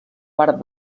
part